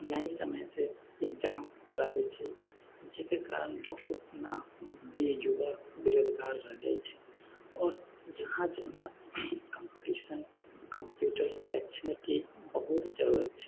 नहि समयसँ एग्जाम कराबै छै जाहिके कारण बहुत ने युवा बेरोजगार रहि जाइ छै आओर इहाँ जे ने कॉम्पटिशन कम्प्यूटर शैक्षणिकके बहुत जरूरत छै